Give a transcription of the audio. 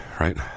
right